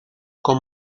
con